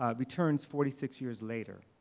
ah returns forty six years later,